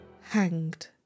hanged